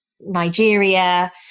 Nigeria